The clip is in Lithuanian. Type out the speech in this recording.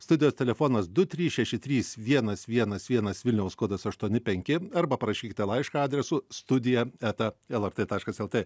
studijos telefonas du trys šeši trys vienas vienas vienas vilniaus kodas aštuoni penki arba parašykite laišką adresu studija eta lrt taškas lt